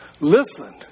Listen